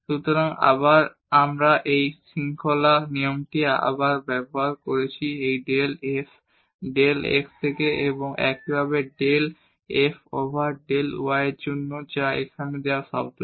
সুতরাং আমরা এই শৃঙ্খলা নিয়মটি আবার ব্যবহার করেছি এই ডেল f ডেল x থেকে এবং একইভাবে del f over del y এর জন্য যা এখানে দেওয়া টার্মটি